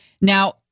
Now